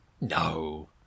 No